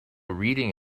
reading